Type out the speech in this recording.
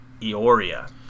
Eoria